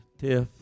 Tiff